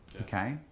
okay